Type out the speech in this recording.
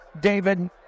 David